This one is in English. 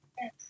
Yes